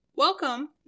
welcome